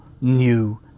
new